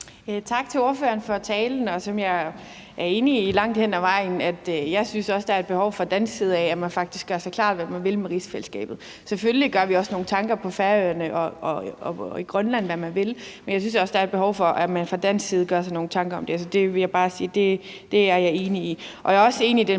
Tak til ordføreren for talen, som jeg er enig i langt hen ad vejen. Jeg synes også, at der er et behov for, at man fra dansk side gør sig det klart, hvad man vil med rigsfællesskabet. Selvfølgelig gør vi os også nogle tanker på Færøerne og i Grønland om, hvad man vil, men jeg synes også, at der er et behov for, at man fra dansk side gør sig nogle tanker om det. Så det vil jeg bare sige at jeg er enig i.